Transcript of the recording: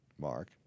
Mark